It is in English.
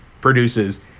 produces